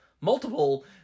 multiple